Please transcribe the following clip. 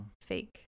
fake